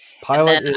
Pilot